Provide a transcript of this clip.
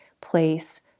place